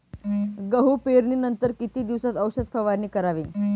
गहू पेरणीनंतर किती दिवसात औषध फवारणी करावी?